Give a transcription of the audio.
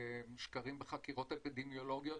שקרים בחקירות האפידמיולוגיות,